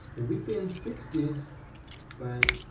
we can fix this by